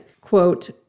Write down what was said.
quote